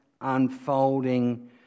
unfolding